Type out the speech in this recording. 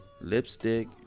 lipstick